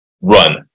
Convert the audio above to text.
run